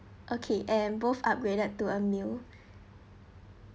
okay and both upgraded to a meal